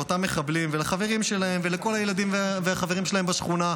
לאותם מחבלים ולחברים שלהם ולכל הילדים והחברים שלהם בשכונה,